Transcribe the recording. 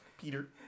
Peter